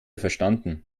verstanden